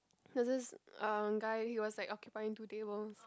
there is um guy he was occupying two tables